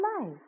life